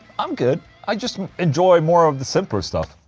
i'm good, i just enjoy more of the simpler stuff